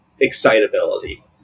excitability